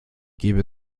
gebe